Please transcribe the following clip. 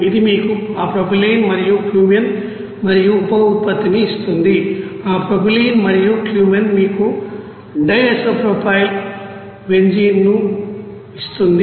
ఇది మీకు ఆ ప్రొపైలీన్ మరియు క్యూమెన్ మరియు ఉప ఉత్పత్తిని ఇస్తుంది ఆ ప్రొపైలీన్ మరియు క్యూమెన్ మీకు డి ఐసోప్రొపైల్ బెంజీన్ ను ఇస్తుంది